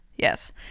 Yes